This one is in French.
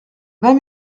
vingt